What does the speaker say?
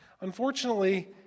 Unfortunately